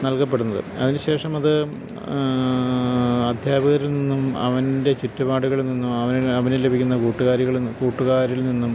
നൽകപ്പെടുന്നത് അതിനു ശേഷം അത് അധ്യാപകരിൽ നിന്നും അവൻ്റെ ചുറ്റുപാടുകളിൽ നിന്നും അവനു ലഭിക്കുന്ന കൂട്ടുകാരിൽ നിന്നും